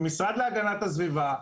עם משרד להגנת הסביבה,